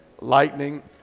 lightning